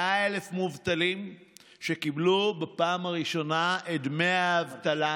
אנא, נהגו בנימוס כלפי הדובר.